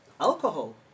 alcohol